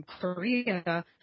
korea